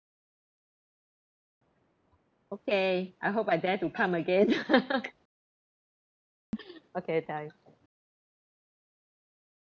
okay I hope I dare to come again okay bye